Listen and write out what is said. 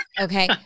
Okay